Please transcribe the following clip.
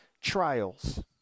trials